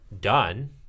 done